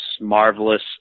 marvelous